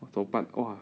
不懂怎么办 !wah!